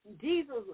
Jesus